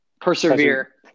Persevere